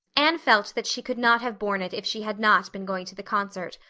anne felt that she could not have borne it if she had not been going to the concert,